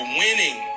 winning